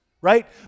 Right